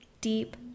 deep